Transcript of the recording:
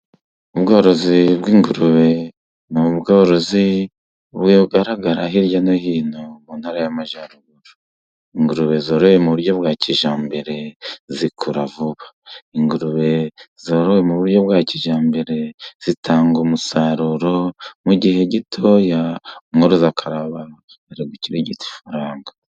Ubworozi bw'ingurube n'ubworozi bugaragara hirya no hino mu Ntara y'Amajyaruguru. Ingurube zoroye mu buryo bwa kijyambere zikura vuba, ingurube zarowe mu buryo bwa kijyambere zitanga umusaruro mu gihe gitoya umworoza akaba arigukirigita ifaranga.